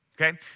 Okay